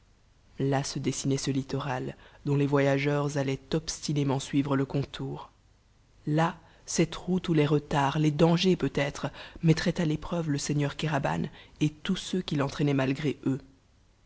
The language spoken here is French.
là se dessinait ce littoral dont les voyageurs allaient obstinément suivre le contour là cette route où les retards les dangers peut-être mettraient à l'épreuve le soigneur kéraban et tous ceux qu'il entraînait malgré eux